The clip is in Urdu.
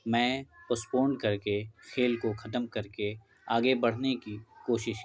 میں پوسپون کر کے کھیل کو ختم کر کے آگے بڑھنے کی کوشش کی